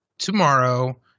Tomorrow